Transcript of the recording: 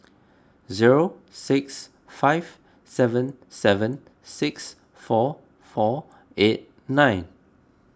zero six five seven seven six four four eight nine